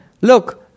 look